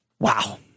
Wow